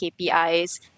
KPIs